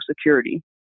security